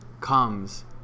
comes